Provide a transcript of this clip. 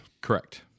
correct